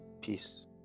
peace